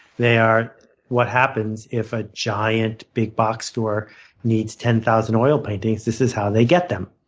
they are what happens if a giant, big box store needs ten thousand oil paintings this is how they get them.